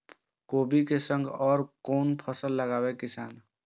कोबी कै संग और कुन फसल लगावे किसान?